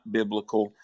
biblical